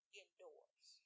indoors